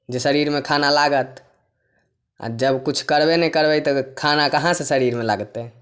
जे शरीरमे खाना लागत आ जब किछु करबै नहि करबै तऽ खाना कहाँ सँ शरीरमे लगतै